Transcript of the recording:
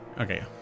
Okay